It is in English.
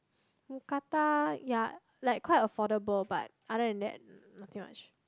Mookata ya like quite affordable but other than that nothing much